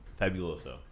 fabuloso